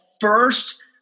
first